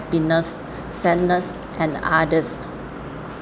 happiness sadness and others